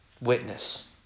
witness